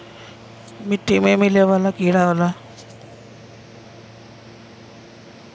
मिट्टी में मिले वाला कीड़ा होला